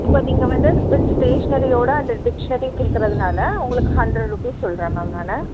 இப்போது நீங்கள் வந்து வித் ஸ்டேஷ்னரியோட அந்த டிக்ஷனரியும் கேக்கறதுனால உங்களுக்கு ஹண்ட்ரட் ருப்பீஸ் சொல்கிறேன் மேம் நான்